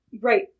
Right